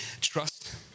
Trust